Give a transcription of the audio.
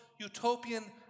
utopian